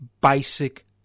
basic